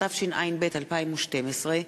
התשע"ב 2012,